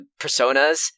personas